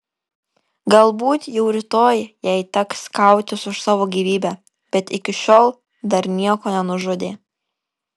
galbūt jau rytoj jai teks kautis už savo gyvybę bet iki šiol dar nieko nenužudė